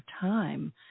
time